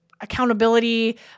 accountability